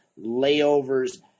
layovers